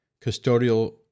custodial